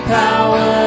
power